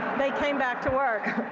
they came back to work.